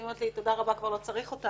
היא אומרת לי: תודה רבה, כבר לא צריך אותך,